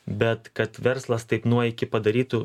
bet kad verslas taip nuo iki padarytų